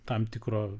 tam tikro